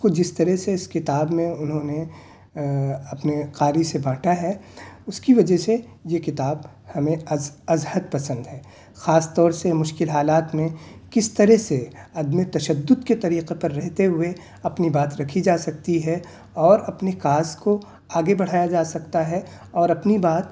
اس کو جس طرح سے اس کتاب میں انہوں نے اپنے قاری سے باںٹا ہے اس کی وجہ سے یہ کتاب ہمیں از از حد پسند ہے خاص طور سے مشکل حالات میں کس طرح سے عدم تشدد کے طریقے پر رہتے ہوئے اپنی بات رکھی جا سکتی ہے اور اپنے کاز کو آگے بڑھایا جا سکتا ہے اور اپنی بات